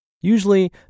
usually